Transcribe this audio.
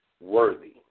worthy